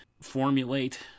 formulate